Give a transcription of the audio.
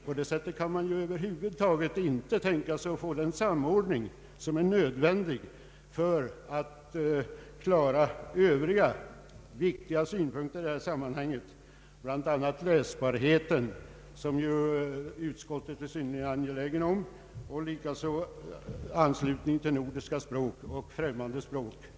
På det sättet kan man över huvud taget inte tänka sig att få den samordning som är nödvändig för att klara övriga viktiga synpunkter i detta sammanhang, bl.a. läsbarheten — som utskottet är synnerligen angeläget om — och likaså anslutning till nordiska språk och övriga främmande språk.